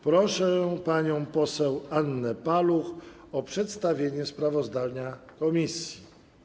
Proszę panią poseł Annę Paluch o przedstawienie sprawozdania komisji.